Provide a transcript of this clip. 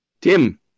Tim